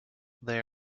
they